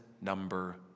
number